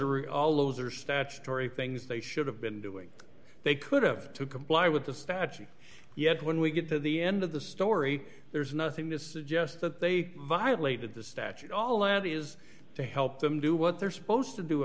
are all those are statutory things they should have been doing they could have to comply with the statute yet when we get to the end of the story there's nothing to suggest that they violated the statute all land is to help them do what they're supposed to do